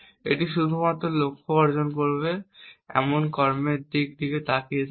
এটি শুধুমাত্র লক্ষ্য অর্জন করবে এমন কর্মের দিকে তাকিয়ে থাকে